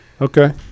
Okay